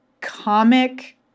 comic